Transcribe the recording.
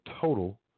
total